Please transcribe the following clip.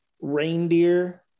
reindeer